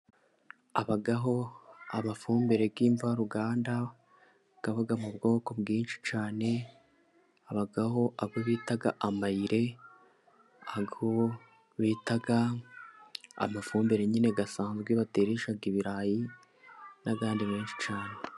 Habaho amafumbire y'imvaruganda akaba mu bwoko bwinshi cyane. Habaho ayo bita amayire, ayo bita amafumbire nyine asanzwe bateresha ibirayi n'andi menshi cyane.